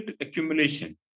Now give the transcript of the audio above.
accumulation